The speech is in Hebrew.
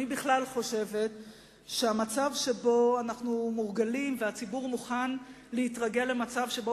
אני בכלל חושבת שהמצב שבו אנחנו מורגלים והציבור מוכן להתרגל למצב שבו